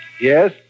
Yes